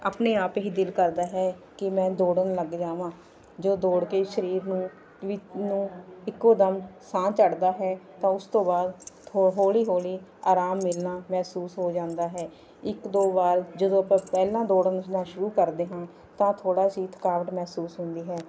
ਆਪਣੇ ਆਪ ਹੀ ਦਿਲ ਕਰਦਾ ਹੈ ਕਿ ਮੈਂ ਦੌੜਨ ਲੱਗ ਜਾਵਾਂ ਜੋ ਦੌੜ ਕੇ ਸਰੀਰ ਨੂੰ ਵਿੱ ਨੂੰ ਇੱਕੋ ਦਮ ਸਾਹ ਚੜ੍ਹਦਾ ਹੈ ਤਾਂ ਉਸ ਤੋਂ ਬਾਅਦ ਹੌ ਹੌਲੀ ਹੌਲੀ ਆਰਾਮ ਮਿਲਣਾ ਮਹਿਸੂਸ ਹੋ ਜਾਂਦਾ ਹੈ ਇੱਕ ਦੋ ਵਾਰ ਜਦੋਂ ਆਪਾਂ ਪਹਿਲਾਂ ਦੌੜਨਾ ਸ਼ੁਰੂ ਕਰਦੇ ਹਾਂ ਤਾਂ ਥੋੜ੍ਹਾ ਅਸੀਂ ਥਕਾਵਟ ਮਹਿਸੂਸ ਹੁੰਦੀ ਹੈ